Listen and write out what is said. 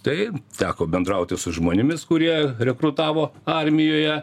tai teko bendrauti su žmonėmis kurie rekrutavo armijoje